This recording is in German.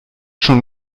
schon